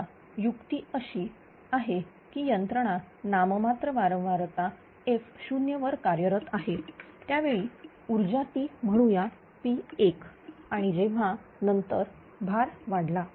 समजा युक्ती काही अशी आहे की यंत्रणा नाम मात्र वारंवारता f0 वर कार्यरत आहे त्यावेळी ऊर्जा ती म्हणूया P1 आणि जेव्हा नंतर भार वाढला